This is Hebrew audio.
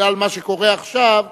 בגלל מה שקורה עכשיו,